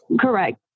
Correct